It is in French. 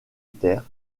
terre